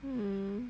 mm